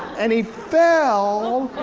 and he fell